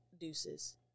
deuces